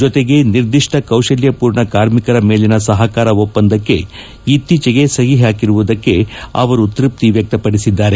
ಜತೆಗೆ ನಿರ್ದಿಷ್ಟ ಕೌಶಲ್ಯಪೂರ್ಣ ಕಾರ್ಮಿಕರ ಮೇಲಿನ ಸಹಕಾರ ಒಪ್ಪಂದಕ್ಕೆ ಇತ್ತೀಚಿಗೆ ಸಹಿ ಪಾಕಿರುವುದಕ್ಕೆ ಅವರು ತ್ಯಪ್ತಿವ್ಯಕ್ತಪಡಿಸಿದ್ದಾರೆ